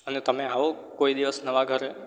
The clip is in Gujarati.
અને તમે આવો કોઈ દિવસ નવાં ઘરે